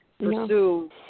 pursue